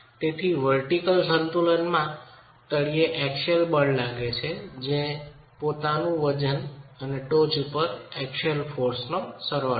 તેથીવર્ટિકલ સંતુલનમાં તળિયે એક્સિયલ બળ લાગે છે જે પોતાનું વજન અને ટોચ પર એક્સિયલ બળનો સરવાળો છે